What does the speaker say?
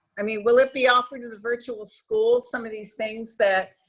i mean, will it be offered in the virtual school? some of these things that,